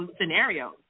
scenarios